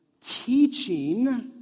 teaching